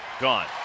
Gone